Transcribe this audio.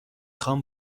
خوام